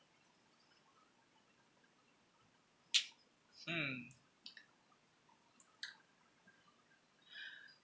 hmm